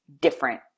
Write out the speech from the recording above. different